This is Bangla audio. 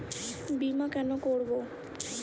বিমা কেন করব?